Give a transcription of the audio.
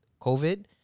COVID